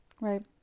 Right